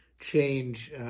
change